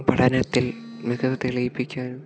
പഠനത്തിൽ മികവ് തെളിയിപ്പിക്കാനും